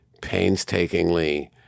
painstakingly